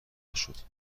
نشد